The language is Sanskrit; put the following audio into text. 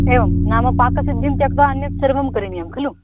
एवं नाम पाकसिद्धिं त्यक्त्वा अन्यत् सर्वं करणीयं खलु